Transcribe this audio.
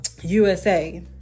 USA